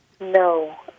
No